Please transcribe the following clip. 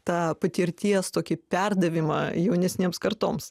tą patirties tokį perdavimą jaunesnėms kartoms